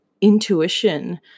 intuition